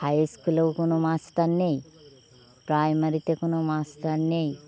হাইস্কুলেও কোনো মাস্টার নেই প্রাইমারিতে কোনো মাস্টার নেই